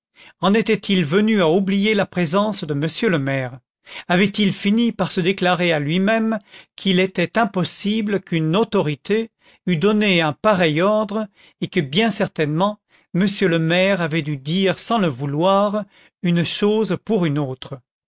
en était-il venu à oublier la présence de monsieur le maire avait-il fini par se déclarer à lui-même qu'il était impossible qu'une autorité eût donné un pareil ordre et que bien certainement monsieur le maire avait dû dire sans le vouloir une chose pour une autre